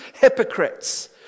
hypocrites